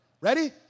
Ready